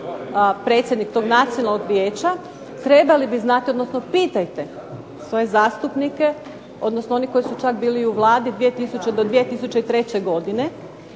predsjednik tog nacionalnog vijeća, trebali bi znati, odnosno pitajte svoje zastupnike, odnosno oni koji su čak bili u Vladi 2000. do 2003. godine,